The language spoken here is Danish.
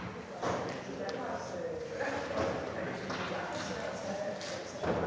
Tak,